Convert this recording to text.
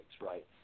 right